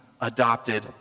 adopted